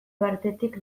partetik